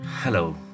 Hello